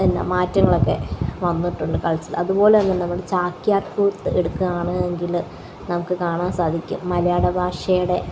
മാറ്റങ്ങളൊക്കെ വന്നിട്ടുണ്ട് അതുപോലെ തന്നെ നമ്മുടെ ചാക്യാര് കൂത്ത് എടുക്കുവാണ് എങ്കില് നമുക്ക് കാണാന് സാധിക്കും മലയാള ഭാഷയുടെ